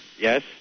Yes